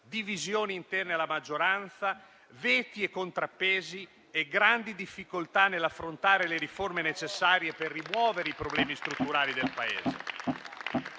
divisioni interne alla maggioranza, veti e contrappesi e grandi difficoltà nell'affrontare le riforme necessarie per rimuovere i problemi strutturali del Paese.